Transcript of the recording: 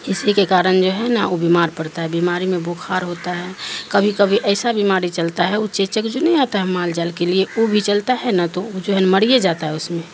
اسی کے کارن جو ہے نا وہ بیمار پڑتا ہے بیماری میں بخار ہوتا ہے کبھی کبھی ایسا بیماری چلتا ہے وہ چیچک جو نہیں آتا ہے مال جال کے لیے وہ بھی چلتا ہے نہ تو جو ہے مرے جاتا ہے اس میں